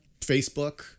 Facebook